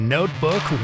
Notebook